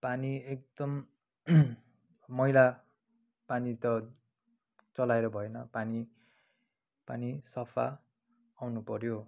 पानी एकदम मैला पानी त चलाएर भएन पानी पानी सफा आउनु पऱ्यो